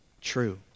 true